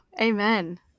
amen